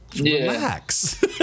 relax